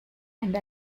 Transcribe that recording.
and